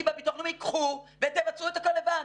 אני בביטוח לאומי, קחו ותבצעו את הכול לבד.